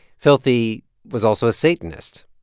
filthy was also a satanist.